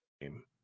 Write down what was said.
game